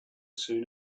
soon